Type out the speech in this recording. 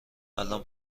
الان